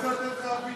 אני רוצה לתת לך פתרון.